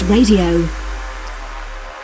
Radio